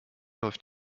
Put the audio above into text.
läuft